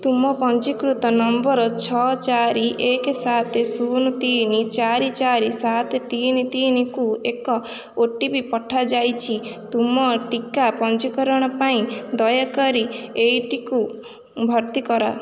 ତୁମ ପଞ୍ଜୀକୃତ ନମ୍ବର୍ ଛଅ ଚାରି ଏକ ସାତ ଶୂନ ତିନି ଚାରି ଚାରି ସାତ ତିନି ତିନିକୁ ଏକ ଓ ଟି ପି ପଠାଯାଇଛି ତୁମ ଟିକା ପଞ୍ଜୀକରଣ ପାଇଁ ଦୟାକରି ଏଇଟିକୁ ଭର୍ତ୍ତି କର